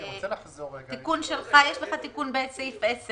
יש לך תיקון בסעיף 10,